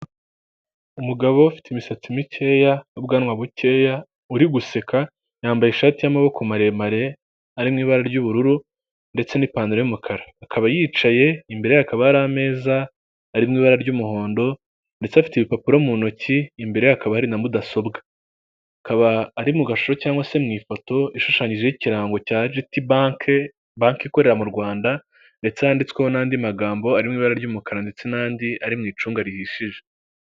Umugabo ufite imisatsi mikeya n'ubwanwa bukeya uri guseka, yambaye ishati y'amaboko maremare ari mu ibara ry'ubururu ndetse n'ipantaro y'umukara, akaba yicaye, imbere ye hakaba hari ameza ari mu ibara ry'umuhondo ndetse afite ibipapuro mu ntoki imbere hakaba hari na mudasobwa, akaba ari mu gashusho cyangwa se mu ifoto ishushanyijeho ikirango cya GT Bank, banki ikorera mu Rwanda ndetse handitsweho n'andi magambo ari mu ibara ry'umukara ndetse n'andi ari mu icunga rihishije.